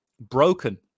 broken